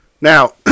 Now